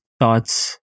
thoughts